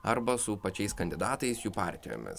arba su pačiais kandidatais jų partijomis